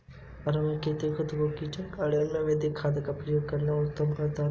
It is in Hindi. अर्बन खेती में खुद के किचन गार्डन में लोग जैविक खाद का उपयोग करके शुद्धतम उत्पाद पाते हैं